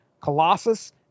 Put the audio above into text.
Colossus